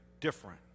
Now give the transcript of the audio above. different